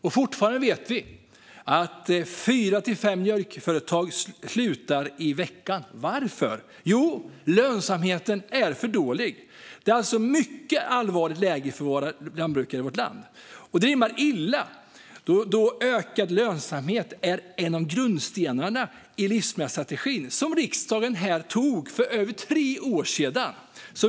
Vi vet också att fyra till fem mjölkföretag slutar per vecka. Varför? Jo, lönsamheten är för dålig. Det är alltså ett mycket allvarligt läge för lantbrukarna i vårt land. Detta rimmar illa då ökad lönsamhet är en av grundstenarna i livsmedelsstrategin som riksdagen antog för över tre år sedan.